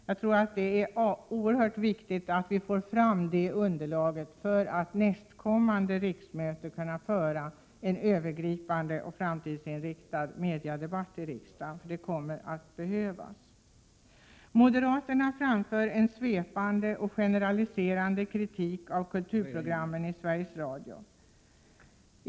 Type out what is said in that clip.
Jag tror att det är oerhört viktigt att vi får fram det underlaget, så att vi under nästkommande riksmöte kan föra en övergripande och framtidsinriktad mediedebatt. Det kommer att behövas. Moderaterna framför en svepande och generaliserande kritik mot kulturprogrammen i Sveriges Radio.